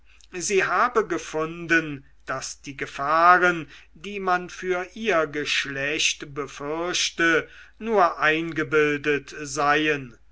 sie habe gefunden daß die gefahren die man für ihr geschlecht befürchte nur eingebildet seien